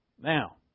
Now